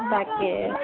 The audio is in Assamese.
তাকে